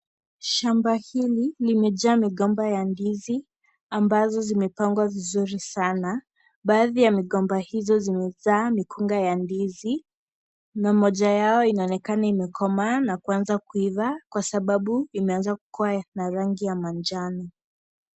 Shamba hili limejaa migomba ya ndizi ambazo zimepangwa vizuri sana. Baadhi ya migomba hizo zimezaa mikunga ya ndizi na moja yao inaonekana imekomaa na kuanza kuiva kwa sababu imeanza kuwa na rangi ya manjano.